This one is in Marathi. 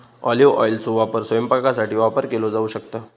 ऑलिव्ह ऑइलचो वापर स्वयंपाकासाठी वापर केलो जाऊ शकता